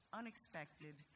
unexpected